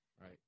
Right